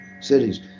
cities